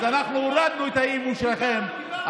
אז אנחנו הורדנו את האי-אמון שלכם.